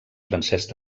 francesc